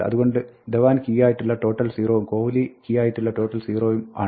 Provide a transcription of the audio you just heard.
അതുകൊണ്ട് ധവാൻ കീ ആയിട്ടുള്ള total 0 ഉം കോഹ്ലി കീ ആയിട്ടുള്ള total 0 ഉം ആണ്